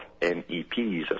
MEPs